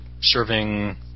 serving